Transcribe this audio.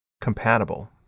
compatible